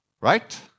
right